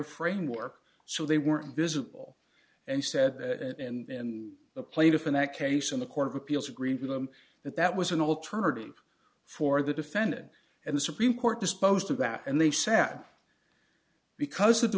a framework so they weren't visible and said that and the plaintiff in that case in the court of appeals agreed with them that that was an alternative for the defendant and the supreme court disposed of that and they sat because